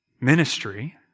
ministry